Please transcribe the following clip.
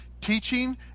teaching